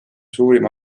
suurim